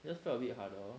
just felt a bit harder